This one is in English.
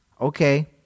Okay